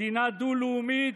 מדינה דו-לאומית,